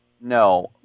no